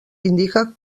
indica